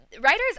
writers